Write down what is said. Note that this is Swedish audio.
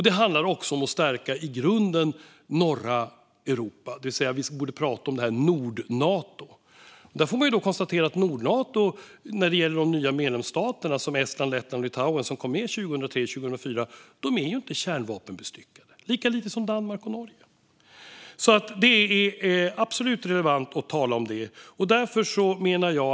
Det handlar också om att i grunden stärka norra Europa. Vi borde prata om Nordnato. I fråga om Nordnato kan vi titta på de nya medlemsstater som kom med 2003-2004, det vill säga Estland, Lettland och Litauen. De är inte kärnvapenbestyckade - lika lite som Danmark och Norge. Det är absolut relevant att tala om detta.